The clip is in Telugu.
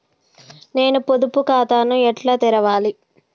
నేను పొదుపు ఖాతాను ఎట్లా తెరవాలి?